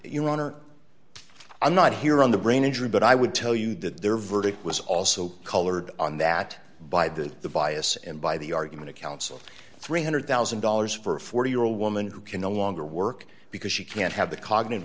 honor i'm not here on the brain injury but i would tell you that their verdict was also colored on that by the the bias and by the argument of counsel three hundred thousand dollars for a forty year old woman who can no longer work because she can't have the cognitive